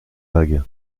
vague